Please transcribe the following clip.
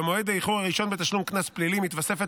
במועד האיחור הראשון בתשלום קנס פלילי מתווספת